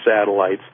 satellites